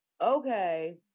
okay